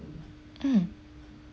mm